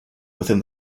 within